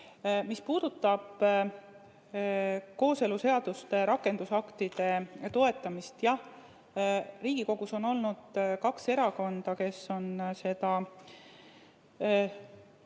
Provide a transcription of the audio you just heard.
Mis puudutab kooseluseaduse rakendusaktide toetamist, siis jah, Riigikogus on olnud kaks erakonda, kes on seda